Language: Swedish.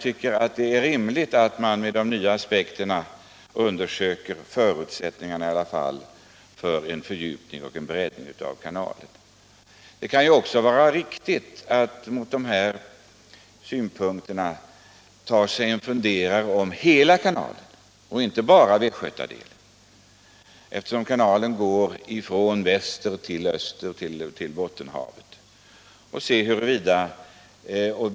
Med de nya aspekter som kommit in i bilden tycker jag det är rimligt att man undersöker förutsättningarna för också en fördjupning. Det kan ur dessa synpunkter också vara riktigt att utreda den framtida användningen av hela kanalen, inte bara västgötadelen. Kanalen går ju från väster till Bottenhavet i öster.